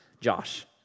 Josh